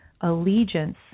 allegiance